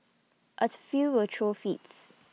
A few will throw fits